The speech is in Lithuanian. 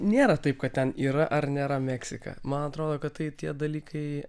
nėra taip kad ten yra ar nėra meksika man atrodo kad tai tie dalykai